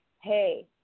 hey